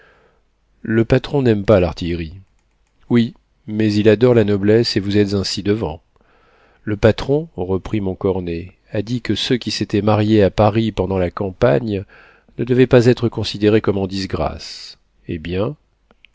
le patron n'aime pas l'artillerie oui mais il adore la noblesse et vous êtes un ci-devant le patron reprit montcornet a dit que ceux qui s'étaient mariés à paris pendant la campagne ne devaient pas être considérés comme en disgrâce eh bien